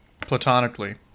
platonically